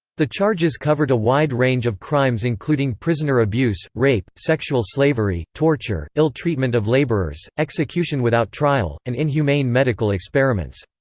the charges covered a wide range of crimes including prisoner abuse, rape, sexual slavery, torture, ill-treatment of labourers, execution without trial, and inhumane medical experiments.